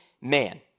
man